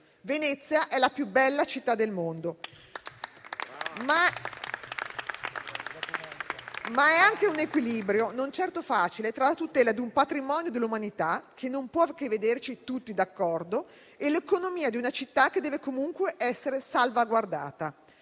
Venezia è la più bella città del mondo *(Applausi*), ma è anche un equilibrio, non certo facile, tra la tutela di un patrimonio dell'umanità, che non può che vederci tutti d'accordo, e l'economia di una città che deve comunque essere salvaguardata.